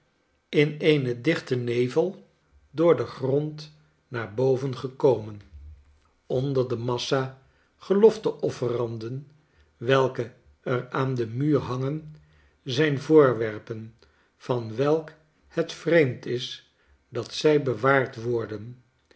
in een dichten nevel door den grond naar boven gekomen onder de massa gelofte offeranden welke er aan den muur haiogen zijn voorwerpen van welke het vreemd is dat zij bewaard worden